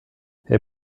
herr